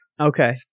Okay